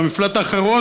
במפלט האחרון,